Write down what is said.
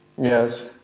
Yes